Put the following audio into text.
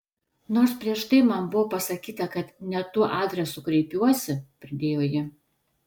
nors prieš tai man buvo pasakyta kad ne tuo adresu kreipiuosi pridėjo ji